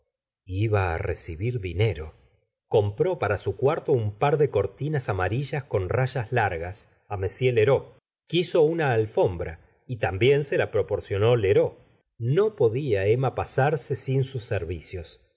iba á recibir dinero compró para su cuarto un par de cortinas amarillas con rayas largas á u lheureux quiso una alfombra y también se la proporcionó lheureux n o podia emma pasarse sin sus servic